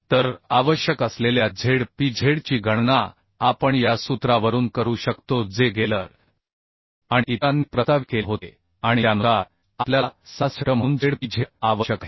तर आवश्यक असलेल्या z p z ची गणना आपण या सूत्रावरून करू शकतो जे गेलर आणि इतरांनी प्रस्तावित केले होते आणि त्यानुसार आपल्याला 66 म्हणून z p z आवश्यक आहे